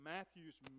Matthew's